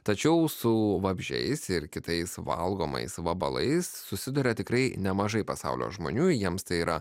tačiau su vabzdžiais ir kitais valgomais vabalais susiduria tikrai nemažai pasaulio žmonių jiems tai yra